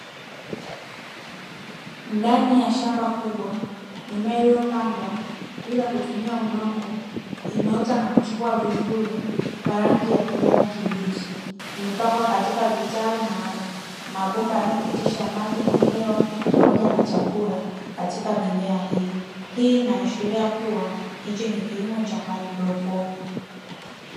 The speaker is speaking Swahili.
Ndani ya shamba kubwa mimea iliyopandwa bila kutumia udongo imeota na kuchipua vizuri kwa rangi ya kijani kibichi, imepangwa katika vitaru, mabomba yanayopitisha maji na hewa pamoja na chakula katika mimea hiyo hii inaashiria kuwa hichi ni kilimo cha haidroponi.